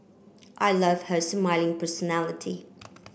I love her smiling personality